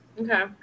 Okay